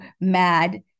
mad